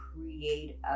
create